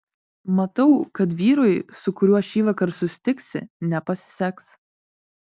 matau kad vyrui su kuriuo šįvakar susitiksi nepasiseks